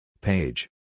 Page